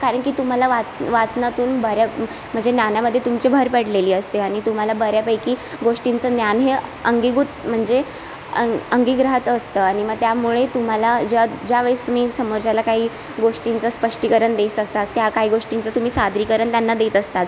कारण की तुम्हाला वाच वाचनातून बऱ्या म्हणजे ज्ञानामध्ये तुमची भर पडलेली असते आणि तुम्हाला बऱ्यापैकी गोष्टींचं ज्ञान हे अंगीभूत म्हणजे अंग् अंगिग्रहात असतं आणि मग त्यामुळे तुम्हाला ज्या ज्यावेळीस तुम्ही समोरच्याला काही गोष्टींचं स्पष्टीकरण देत असतात त्या काही गोष्टींचं तुम्ही सादरीकरण त्यांना देत असतात